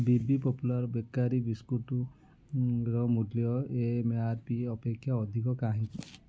ବି B popular bakery ବିସ୍କୁଟ୍ର ମୂଲ୍ୟ M R P ଅପେକ୍ଷା ଅଧିକ କାହିଁକି